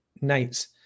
nights